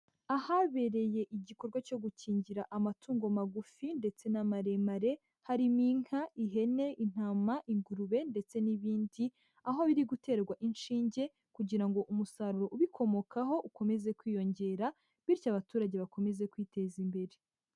Ahabereye igikorwa cyo gukingira amatungo magufi ndetse n'amaremare, harimo inka, ihene, intama, ingurube ndetse n'ibindi, aho biri guterwa inshinge kugira ngo umusaruro ubikomokaho ukomeze kwiyongera, bityo abaturage bakomeze kwiteza imbere.